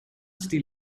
steal